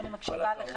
אני מקשיבה לך.